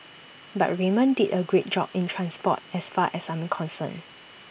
but Raymond did A great job in transport as far as I'm concerned